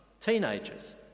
teenagers